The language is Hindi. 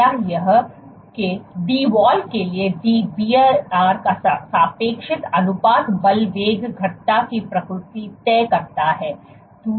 पहला यह है कि Dwall के लिए Dbr का सापेक्ष अनुपात बल वेग घटता की प्रकृति तय करता है